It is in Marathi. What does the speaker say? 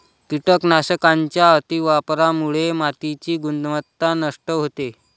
कीटकनाशकांच्या अतिवापरामुळे मातीची गुणवत्ता नष्ट होते